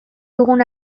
dugun